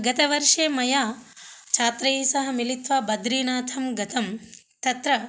गतवर्षे मया छात्रैः सह मिलित्वा बद्रीनाथं गतं तत्र